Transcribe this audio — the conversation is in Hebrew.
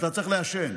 אתה צריך לעשן,